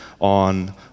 on